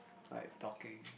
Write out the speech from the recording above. like talking